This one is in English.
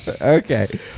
okay